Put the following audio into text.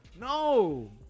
No